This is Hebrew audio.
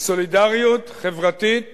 וסולידריות חברתית